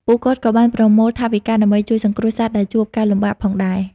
ពួកគាត់ក៏បានប្រមូលថវិកាដើម្បីជួយសង្គ្រោះសត្វដែលជួបការលំបាកផងដែរ។